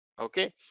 Okay